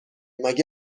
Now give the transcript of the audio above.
مگه